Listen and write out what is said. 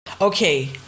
Okay